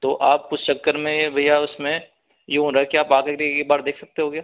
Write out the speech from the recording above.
तो आप उस चक्कर में भैया उसमें यह हो रहा है कि आप वापस से एक बार देख सकते हो क्या